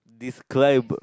describe